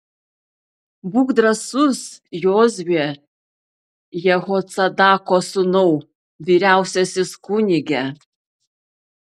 būk drąsus jozue jehocadako sūnau vyriausiasis kunige